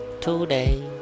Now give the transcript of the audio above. today